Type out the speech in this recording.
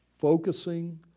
Focusing